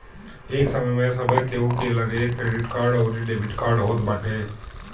ए समय में सभे केहू के लगे क्रेडिट कार्ड अउरी डेबिट कार्ड होत बाटे